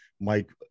Mike